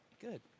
Good